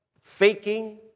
faking